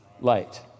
light